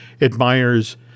admires